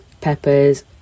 peppers